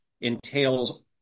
entails